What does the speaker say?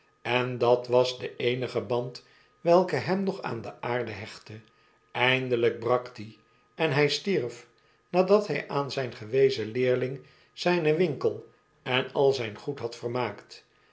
en dat was de eenige band welke hem nog aan de aarde hechtte eindelyk brak die en hjj stierf nadat hy aan zyn gewezen leerling zynen winkel en al zyn goed had vermaakt